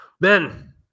ben